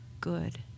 good